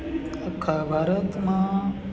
આખા ભારતમાં